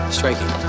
striking